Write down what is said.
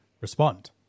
respond